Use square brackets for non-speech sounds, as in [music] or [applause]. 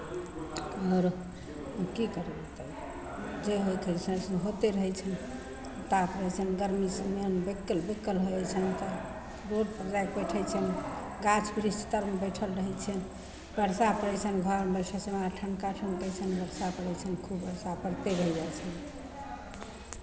आरो की करबै तब जे होइके से होते रहै छनि ताप अइसन गर्मीसँ मन बेकल बेकल हो जाइ छनि कऽ रोडपर जाय कऽ बैठै छियनि गाछ वृक्ष तरमे बैठल रहै छियनि वर्षा पड़ै छनि घरमे बैठल [unintelligible] ठनका ठनकै छनि वर्षा पड़ै छनि खूब वर्षा पड़िते रहि जाइ छनि